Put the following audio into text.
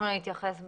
אנחנו נתייחס בהמשך.